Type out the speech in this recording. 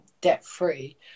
debt-free